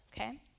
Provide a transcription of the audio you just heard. okay